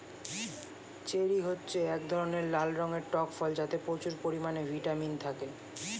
cherry হচ্ছে এক ধরনের লাল রঙের টক ফল যাতে প্রচুর পরিমাণে ভিটামিন থাকে